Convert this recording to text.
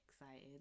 Excited